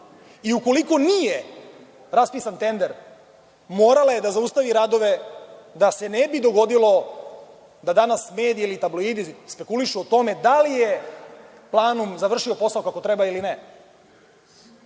Ukoliko nije raspisan tender, morala je da zaustavi radove, da se ne bi dogodilo da danas mediji ili tabloidi spekulišu o tome da li je „Planum“ završio posao kako treba ili ne.